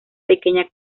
pequeña